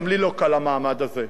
גם לי לא קל המעמד הזה.